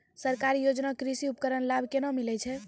सरकारी योजना के कृषि उपकरण लाभ केना मिलै छै?